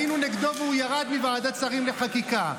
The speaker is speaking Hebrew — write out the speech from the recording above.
היינו נגדו, והוא ירד מוועדת שרים לחקיקה.